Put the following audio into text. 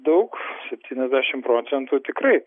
daug septyniasdešimt procentų tikrai